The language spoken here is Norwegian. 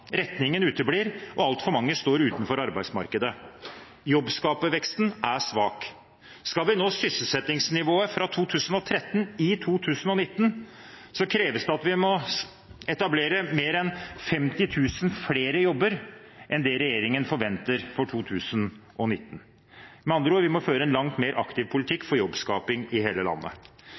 Retningen uteblir, og altfor mange står utenfor arbeidsmarkedet. Jobbskaperveksten er svak. Skal vi nå sysselsettingsnivået fra 2013 i 2019, kreves det at vi må etablere mer enn 50 000 flere jobber enn det regjeringen forventer for 2019. Med andre ord: Vi må føre en langt mer aktiv politikk for jobbskaping i hele landet.